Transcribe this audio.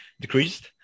decreased